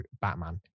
Batman